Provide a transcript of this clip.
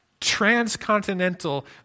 transcontinental